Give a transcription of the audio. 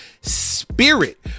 spirit